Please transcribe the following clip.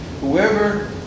whoever